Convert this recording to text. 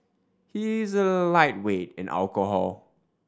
he is a lightweight in alcohol